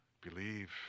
believe